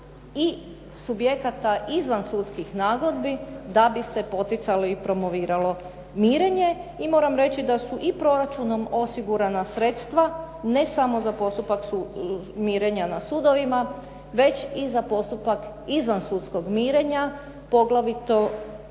i subjekata izvansudskih nagodbi da bi se poticalo i promoviralo mirenje i moram reći da su i proračunom osigurana sredstva, ne samo za postupak mirenja na sudovima, već i za postupak izvansudskog mirenja, poglavito pred